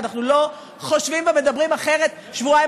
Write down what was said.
אנחנו לא חושבים ומדברים אחרת שבועיים